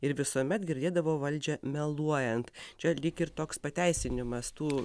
ir visuomet girdėdavo valdžią meluojant čia lyg ir toks pateisinimas tų